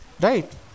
Right